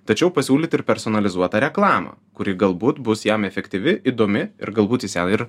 tačiau pasiūlyt ir personalizuotą reklamą kuri galbūt bus jam efektyvi įdomi ir galbūt jis ją ir